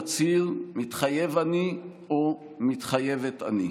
יצהיר: "מתחייב אני" או "מתחייבת אני".